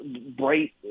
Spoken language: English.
bright